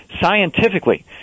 scientifically